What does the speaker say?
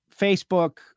Facebook